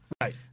Right